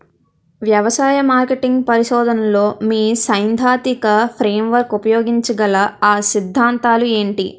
వ్యవసాయ మార్కెటింగ్ పరిశోధనలో మీ సైదాంతిక ఫ్రేమ్వర్క్ ఉపయోగించగల అ సిద్ధాంతాలు ఏంటి?